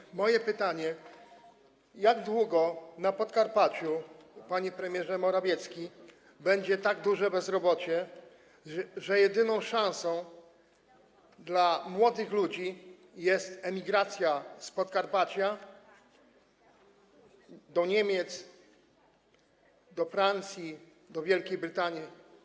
I moje pytanie: Jak długo na Podkarpaciu, panie premierze Morawiecki, będzie tak duże bezrobocie, że jedyną szansą dla młodych ludzi będzie emigracja z Podkarpacia do Niemiec, do Francji, do Wielkiej Brytanii?